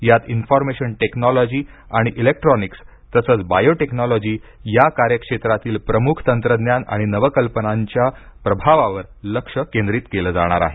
यात information technology आणि electronics तसंच बायो टेक्नॉलॉजी या कार्यक्षेत्रातील प्रमुख तंत्रज्ञान आणि नवकल्पनांच्या प्रभावावर लक्ष केंद्रित केलं जाणार आहे